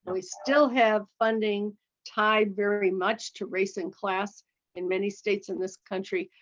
we still have funding tied very much to race in class in many states in this country.